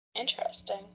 Interesting